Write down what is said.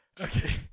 Okay